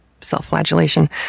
self-flagellation